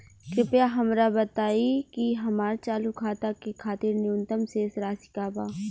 कृपया हमरा बताइ कि हमार चालू खाता के खातिर न्यूनतम शेष राशि का बा